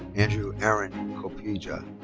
andrew aaron copija.